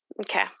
Okay